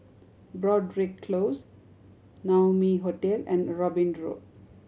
Broadrick Close Naumi Hotel and Robin Road